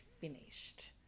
finished